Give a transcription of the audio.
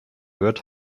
wird